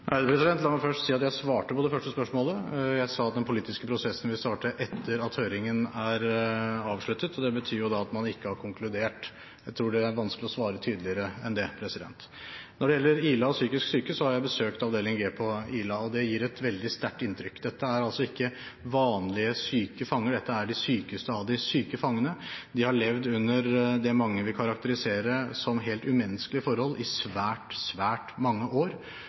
La meg først si at jeg svarte på det første spørsmålet. Jeg sa at den politiske prosessen vil starte etter at høringen er avsluttet, og det betyr jo da at man ikke har konkludert. Jeg tror det er vanskelig å svare tydeligere enn det. Når det gjelder Ila og psykisk syke, har jeg besøkt avdeling G på Ila, og det gjør et veldig sterkt inntrykk. Dette er ikke vanlige syke fanger, dette er de sykeste av de syke fangene. De har levd under det mange vil karakterisere som helt umenneskelige forhold i svært, svært mange år.